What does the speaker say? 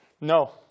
No